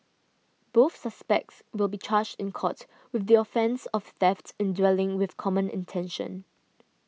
both suspects will be charged in court with the offence of theft in dwelling with common intention